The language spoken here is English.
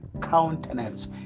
countenance